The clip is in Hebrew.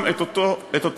וגם את אותו מספר